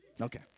Okay